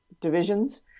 divisions